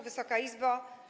Wysoka Izbo!